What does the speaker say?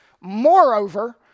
Moreover